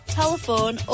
telephone